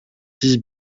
six